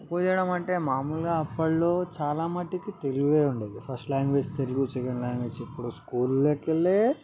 తక్కువ చేయడం అంటే మామూలుగా అప్పట్లో చాలా మట్టుకు తెలుగే ఉండదు first language Telugu second language ఇప్పుడు స్కూల్లోకెళ్ళే